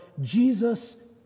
Jesus